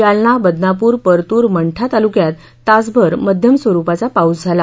जालना बदनापूर परतूर मंठा तालुक्यात तासभर मध्यम स्वरूपाचा पाऊस झाला